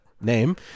Name